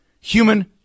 human